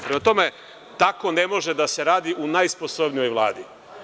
Prema tome, tako ne može da se radi u najsposobnijoj vladi.